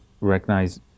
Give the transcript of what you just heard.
recognize